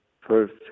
first